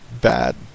bad